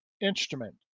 instrument